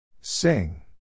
Sing